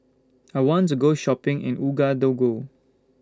I want to Go Shopping in Ouagadougou